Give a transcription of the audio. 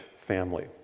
family